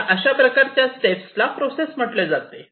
या अशा प्रकारच्या स्टेपला प्रोसेस म्हटले जाते